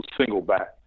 single-back